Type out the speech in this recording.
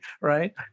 Right